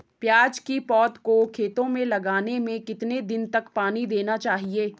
प्याज़ की पौध को खेतों में लगाने में कितने दिन तक पानी देना चाहिए?